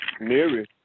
Mary